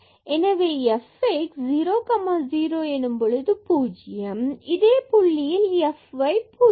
எனவே f x 0 0 எனும் போது 0 மற்றும் இதே புள்ளியில் f y 0